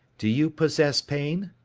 do you possess pain?